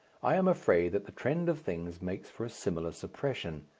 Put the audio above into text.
i am afraid that the trend of things makes for a similar suppression.